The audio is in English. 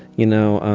you know,